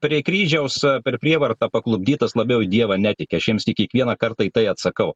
prie kryžiaus per prievartą paklupdytas labiau į dievą netiki aš jiems į kiekvieną kartą į tai atsakau